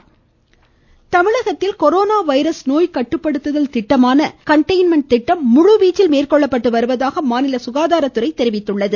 மக்கள் நல்வாழ்வுத்துறை தமிழகத்தில் கொரோனா வைரஸ் நோய்க்கட்டுப்படுத்துதல் திட்டமான கண்டெய்ன்மென்ட் திட்டம் முழுவீச்சில் மேற்கொள்ளப்பட்டு வருவதாக மாநில சுகாதாரத்துறை தெரிவித்துள்ளது